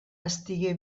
estigué